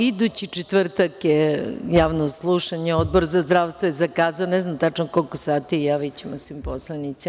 Idući četvrtak je javno slušanje, Odbor za zdravstvo je zakazao, ne znam tačno u koliko sati, ali javićemo svim poslanicima.